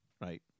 Right